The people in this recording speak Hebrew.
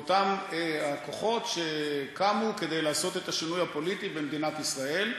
מאותם הכוחות שקמו כדי לעשות את השינוי הפוליטי במדינת ישראל.